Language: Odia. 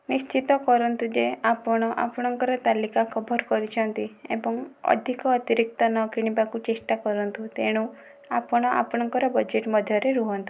ନିଶ୍ଚିତ କରନ୍ତୁ ଯେ ଆପଣ ଆପଣଙ୍କର ତାଲିକା କଭର୍ କରିଛନ୍ତି ଏବଂ ଅଧିକ ଅତିରିକ୍ତ ନ କିଣିବାକୁ ଚେଷ୍ଟା କରନ୍ତୁ ତେଣୁ ଆପଣ ଆପଣଙ୍କର ବଜେଟ୍ ମଧ୍ୟରେ ରୁହନ୍ତୁ